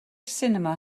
sinema